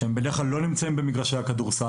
שבדרך כלל לא נמצאים במגרשי הכדורסל.